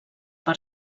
per